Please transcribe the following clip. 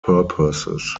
purposes